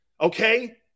okay